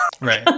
Right